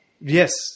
Yes